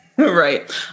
right